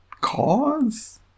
cause